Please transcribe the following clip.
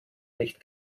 nicht